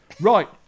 Right